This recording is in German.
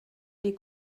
die